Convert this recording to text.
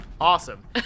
Awesome